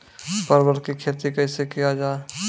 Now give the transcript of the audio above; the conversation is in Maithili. परवल की खेती कैसे किया जाय?